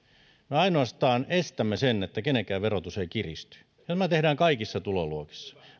ainoastaan estämme sen että kenenkään verotus ei kiristy ja tämä tehdään kaikissa tuloluokissa